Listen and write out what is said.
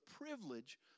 privilege